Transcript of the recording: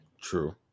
true